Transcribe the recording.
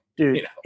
Dude